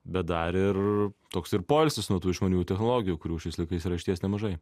bet dar ir toks ir poilsis nuo tų išmaniųjų technologijų kurių šiais laikais yra išties nemažai